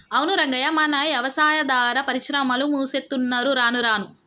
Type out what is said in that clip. అవును రంగయ్య మన యవసాయాదార పరిశ్రమలు మూసేత్తున్నరు రానురాను